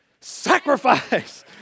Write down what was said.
Sacrifice